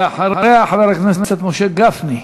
אחריה, חבר הכנסת משה גפני.